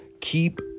Keep